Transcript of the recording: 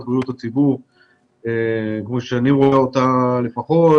בריאות הציבור כפי שאני רואה אותה לפחות.